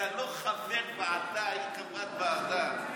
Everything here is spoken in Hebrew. אתה לא חבר ועדה, היא חברת ועדה.